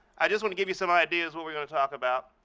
i just want to give you some ideas what we're going to talk about.